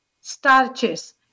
starches